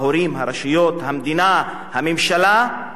ההורים, הרשויות, המדינה, הממשלה.